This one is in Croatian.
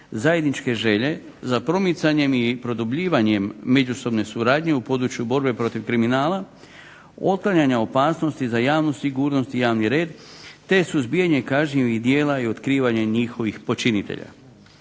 zajedničke želje za promicanjem i produbljivanjem međusobne suradnje o području borbe protiv kriminala, otklanjanja opasnosti za javnu sigurnost i javni red, te suzbijanje kažnjivih djela i otkrivanje njihovih počinitelja.